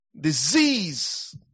Disease